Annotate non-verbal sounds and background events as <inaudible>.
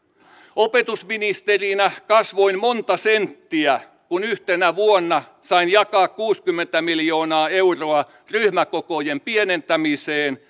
opetusministerinä kasvoin monta senttiä kun yhtenä vuonna sain jakaa kuusikymmentä miljoonaa euroa ryhmäkokojen pienentämiseen <unintelligible>